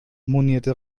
monierte